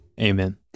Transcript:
Amen